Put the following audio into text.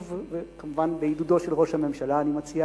כמובן בעידודו של ראש הממשלה, אני מציע